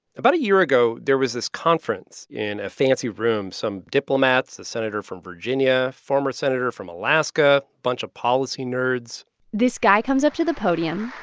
about a year ago, there was this conference in a fancy room some diplomats, a senator from virginia, a former senator from alaska, bunch of policy nerds this guy comes up to the podium.